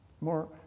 more